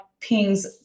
pings